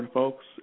folks